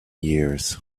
years